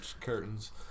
curtains